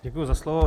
Děkuji za slovo.